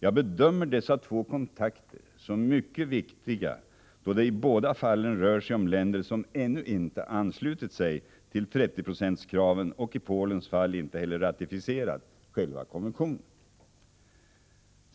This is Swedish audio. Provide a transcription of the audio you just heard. Jag bedömer dessa två kontakter som mycket viktiga då det i båda fallen rör sig om länder som ännu inte anslutit sig till 30-procentskraven och i Polens fall inte heller ratificerat själva konventionen.